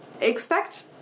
expect